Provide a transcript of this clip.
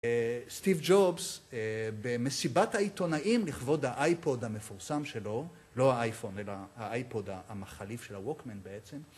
סטיב ג'ובס, במסיבת העיתונאים לכבוד האייפוד המפורסם שלו, לא האייפון, אלא האייפוד המחליף של הווקמן בעצם.